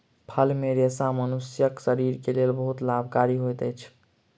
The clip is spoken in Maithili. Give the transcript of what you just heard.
फल मे रेशा मनुष्यक शरीर के लेल बहुत लाभकारी होइत अछि